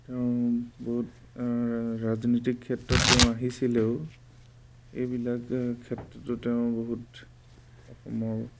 তেওঁ বহুত ৰাজনীতিক ক্ষেত্ৰত তেওঁ আহিছিলেও এইবিলাক ক্ষেত্ৰতো তেওঁ বহুত অসমৰ